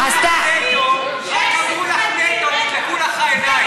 תנו בבקשה לחברת הכנסת פדידה לסיים את דבריה.